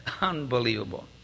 Unbelievable